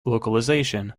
localization